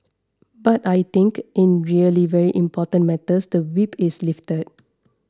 but I think in really very important matters the whip is lifted